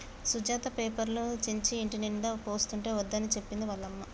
సుజాత పేపర్లు చించి ఇంటినిండా పోస్తుంటే వద్దని చెప్పింది వాళ్ళ అమ్మ